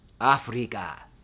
africa